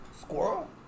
squirrel